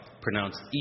pronounced